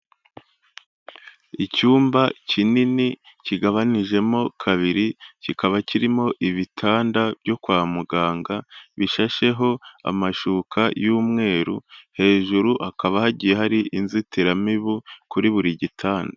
Icyumba kinini kigabanijemo kabiri, kikaba kirimo ibitanda byo kwa muganga bishasheho amashuka y'umweru, hejuru hakaba hagiye hari inzitiramibu kuri buri gitanda.